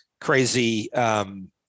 crazy